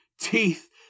Teeth